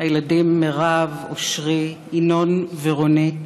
הילדים מירב, אושרי, ינון ורונית,